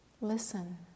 Listen